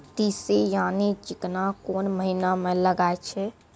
तीसी यानि चिकना कोन महिना म लगाय छै?